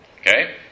okay